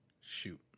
Shoot